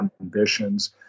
ambitions